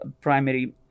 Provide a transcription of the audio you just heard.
primary